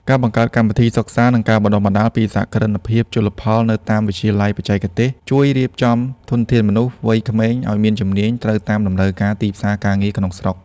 ការបង្កើតកម្មវិធីសិក្សា និងការបណ្ដុះបណ្ដាលពីសហគ្រិនភាពជលផលនៅតាមវិទ្យាល័យបច្ចេកទេស ជួយរៀបចំធនធានមនុស្សវ័យក្មេងឱ្យមានជំនាញត្រូវតាមតម្រូវការទីផ្សារការងារក្នុងស្រុក។